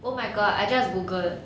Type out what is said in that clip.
oh my god I just google